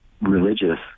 religious